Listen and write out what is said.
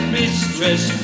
mistress